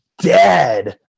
dead